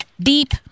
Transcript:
deep